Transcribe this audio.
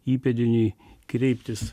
įpėdiniui kreiptis